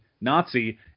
Nazi